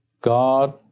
God